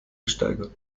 gesteigert